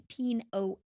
1908